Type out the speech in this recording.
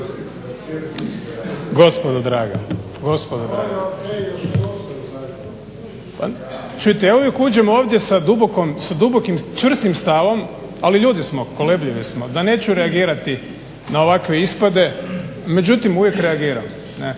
Gospodo draga pa čujte ja uvijek uđem ovdje sa dubokim čvrstim stavom ali ljudi smo, kolebljivi smo, da neću reagirati na ovakve ispade međutim uvijek reagiram.